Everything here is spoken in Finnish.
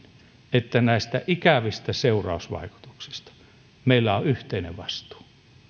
että näistä ikävistä seurausvaikutuksista meillä on yhteinen vastuu